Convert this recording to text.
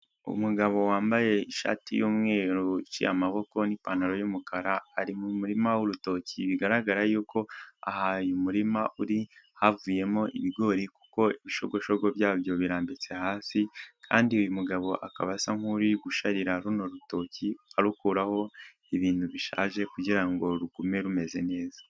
Umugabo wambaye ishati y'umweru iciye amaboko n'ipantaro y'umukara, ari mu murima w'urutoki bigaragara yuko aha uyu murima uri havuyemo ibigori kuko ibigoshogo bya byo birambitse hasi, kandi uyu mugabo akaba asa nk'uri gusharira runoo urutoki arukuraho ibintu bishaje kugira ngo rugume rumeze neza.